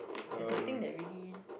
there's nothing that really